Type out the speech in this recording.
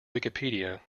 wikipedia